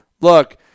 Look